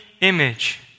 image